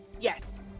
Yes